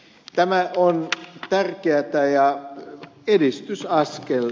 tämä on tärkeätä ja edistysaskel